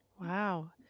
Wow